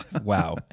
wow